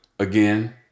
Again